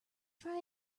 try